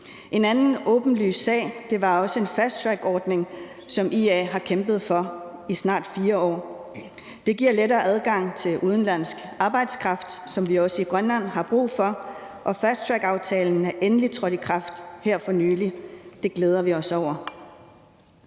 En anden åbenlys sag var en fasttrackordning, som IA har kæmpet for i snart 4 år. Den giver lettere adgang til udenlandsk arbejdskraft, som vi også i Grønland har brug for. Fasttrackordningen er endelig trådt i kraft her for nylig, og det glæder vi os over.